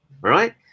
right